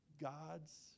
God's